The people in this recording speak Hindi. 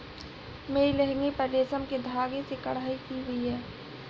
मेरे लहंगे पर रेशम के धागे से कढ़ाई की हुई है